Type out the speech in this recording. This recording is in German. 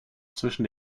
zwischen